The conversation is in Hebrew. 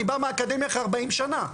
אני בא מהאקדמיה אחרי ארבעים שנה.